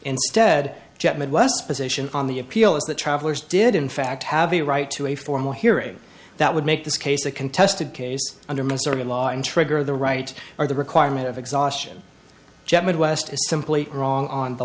instead jette midwest position on the appeal is that travelers did in fact have a right to a formal hearing that would make this case a contested case under mr law and trigger the right or the requirement of exhaustion jet midwest is simply wrong on